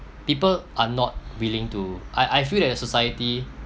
people are not willing to I I feel that the society